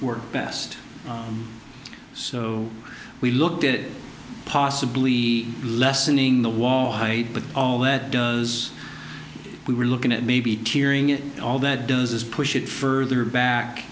were best so we looked at it possibly lessening the wall height but all that does we were looking at maybe tearing it all that does is push it further back